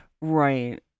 Right